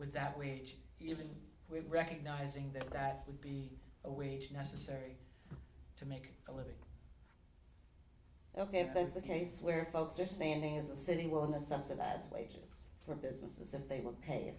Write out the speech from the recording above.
with that wage even with recognizing that that would be a wage necessary to make a living ok if that's the case where folks are standing in the city well in the subsidized wages for businesses if they were pa